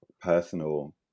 personal